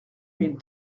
mille